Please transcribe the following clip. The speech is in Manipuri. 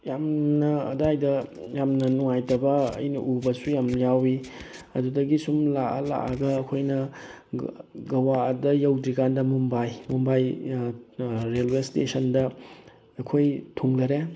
ꯌꯥꯝꯅ ꯑꯗꯨꯋꯥꯏꯗ ꯌꯥꯝꯅ ꯅꯨꯡꯉꯥꯏꯇꯕ ꯑꯩꯅ ꯎꯕꯁꯨ ꯌꯥꯝꯅ ꯌꯥꯎꯏ ꯑꯗꯨꯗꯒꯤ ꯁꯨꯝ ꯂꯥꯛꯑ ꯂꯥꯛꯑꯒ ꯑꯩꯈꯣꯏꯅ ꯒꯋꯥꯗ ꯌꯧꯗ꯭ꯔꯤ ꯀꯥꯟꯗ ꯃꯨꯝꯕꯥꯏ ꯃꯨꯝꯕꯥꯏ ꯔꯦꯜꯋꯦ ꯏꯁꯇꯦꯁꯟꯗ ꯑꯩꯈꯣꯏ ꯊꯨꯡꯂꯔꯦ